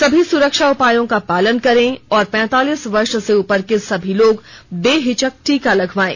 सभी सुरक्षा उपायों का पालन करें और पैंतालीस वर्ष से उपर के सभी लोग बेहिचक टीका लगवायें